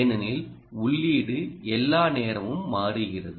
ஏனெனில் உள்ளீடு எல்லா நேரமும் மாறுகிறது